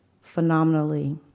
phenomenally